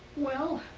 well,